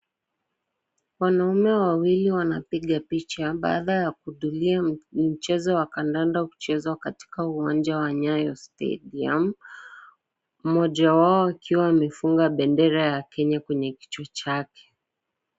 Wanaume wawili wanapiga picha baada ya kuhudhuria mchezo wa kandanda kuchezwa katika uwanja wa Nyayo Stadium, mmoja wao akiwa amefunga bendera ya kenya kwenye kichwa chake.